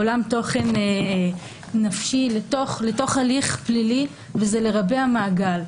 עולם תוכן נפשי לתוך הליך פלילי וזה לרבע מעגל.